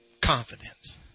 confidence